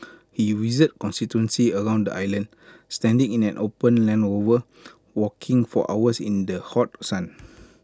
he visited constituencies around the island standing in an open land Rover walking for hours in the hot sun